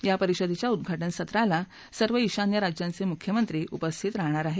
या परिषदेच्या उद्वाटन सत्राला सर्व ईशान्य राज्यांचे मुख्यमंत्री उपस्थित राहणार आहेत